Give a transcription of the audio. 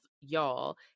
y'all